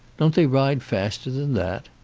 don't they ride faster than that?